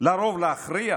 לרוב להכריע